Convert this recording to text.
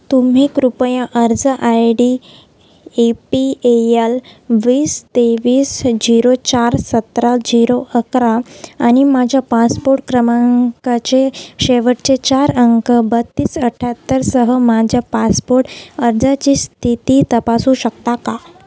तुम्ही कृपया अर्ज I D A P L वीस तेवीस झिरो चार सतरा झिरो अकरा आणि माझ्या पासपोर्ट क्रमांकाचे शेवटचे चार अंक बत्तीस अठ्ठ्याहत्तरसह माझ्या पासपोर्ट अर्जाची स्थिती तपासू शकता का